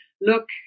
look